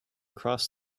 cross